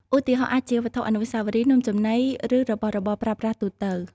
ឧទាហរណ៍ អាចជាវត្ថុអនុស្សាវរីយ៍ នំចំណី ឬរបស់របរប្រើប្រាស់ទូទៅ។